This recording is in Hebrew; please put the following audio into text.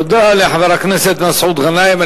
תודה לחבר הכנסת מסעוד גנאים.